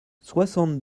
soixante